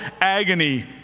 agony